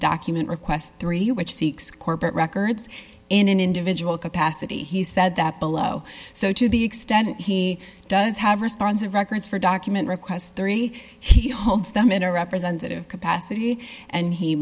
document requests three which seeks corporate records in an individual capacity he said that below so to the extent he does have responsive records for document requests three he holds them in a representative capacity and he